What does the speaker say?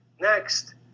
Next